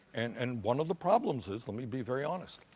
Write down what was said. and one of the problems is let me be very honest